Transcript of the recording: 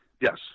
yes